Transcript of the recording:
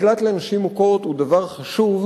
מקלט לנשים מוכות הוא דבר חשוב,